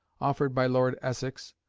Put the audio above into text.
offered by lord essex,